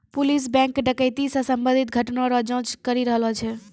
police bank डकैती से संबंधित घटना रो जांच करी रहलो छै